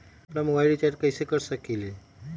हम अपन मोबाइल कैसे रिचार्ज कर सकेली?